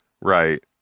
right